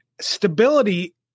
stability